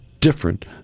different